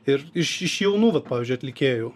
ir iš iš jaunų vat pavyzdžiui atlikėjų